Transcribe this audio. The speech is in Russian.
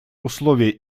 условия